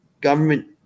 government